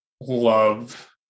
love